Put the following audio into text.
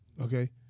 Okay